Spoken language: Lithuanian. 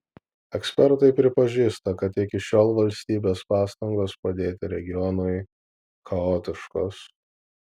ekspertai pripažįsta kad iki šiol valstybės pastangos padėti regionui chaotiškos